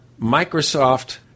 Microsoft